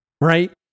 right